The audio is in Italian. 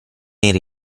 era